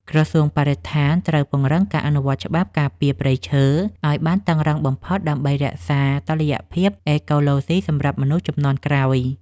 ក្រសួងបរិស្ថានត្រូវពង្រឹងការអនុវត្តច្បាប់ការពារព្រៃឈើឱ្យបានតឹងរ៉ឹងបំផុតដើម្បីរក្សាតុល្យភាពអេកូឡូស៊ីសម្រាប់មនុស្សជំនាន់ក្រោយ។